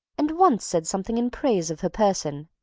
and once said something in praise of her person.